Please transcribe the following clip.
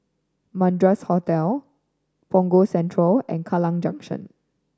Madras Hotel Punggol Central and Kallang Junction